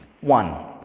One